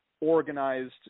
organized